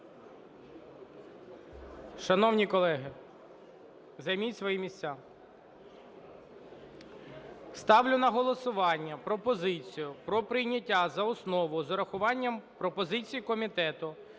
Шановні колеги, займіть свої місця. Ставлю на голосування пропозицію про прийняття за основу з урахуванням пропозицій комітету